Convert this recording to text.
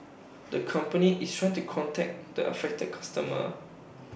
the company is try to contact the affected customer